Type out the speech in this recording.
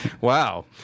Wow